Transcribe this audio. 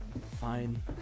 Fine